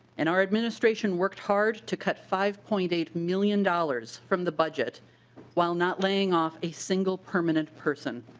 and our administration worked hard to cut five point eight million dollars from the budget while not laying off a single permanent person.